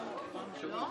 לשון הרע,